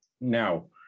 Now